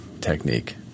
technique